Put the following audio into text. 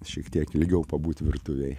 šiek tiek ilgiau pabūt virtuvėj